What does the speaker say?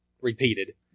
repeated